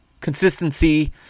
consistency